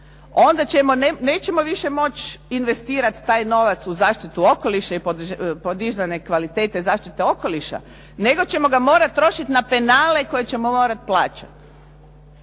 onda nećemo više moći investirat taj novac u zaštitu okoliša i podizanje kvalitete zaštite okoliša, nego ćemo ga morat trošit na penale koje ćemo morat plaćat.